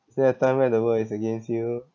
is there a time where the world is against you